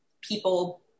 people